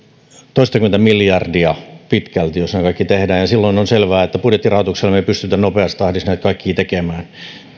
toistakymmentä miljardia pitkälti jos nämä kaikki tehdään ja silloin on selvää että budjettirahoituksella me emme pysty nopeassa tahdissa näitä kaikkia tekemään